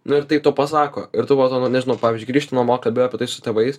nu ir taip tau pasako ir tu po to nu nežinau pavyzdžiui grįžti namo kalbi apie tai su tėvais